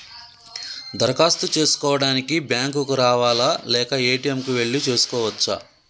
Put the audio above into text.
దరఖాస్తు చేసుకోవడానికి బ్యాంక్ కు రావాలా లేక ఏ.టి.ఎమ్ కు వెళ్లి చేసుకోవచ్చా?